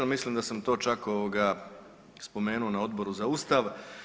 Ali mislim da sam to čak spomenuo na Odboru za Ustav.